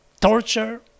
torture